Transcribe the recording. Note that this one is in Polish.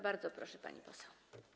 Bardzo proszę, pani poseł.